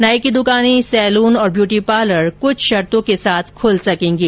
नाई की दुकानें सैलून और ब्यूटीपार्लर कुछ शर्तो के साथ खुल सकेंगे